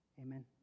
Amen